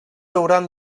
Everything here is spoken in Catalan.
hauran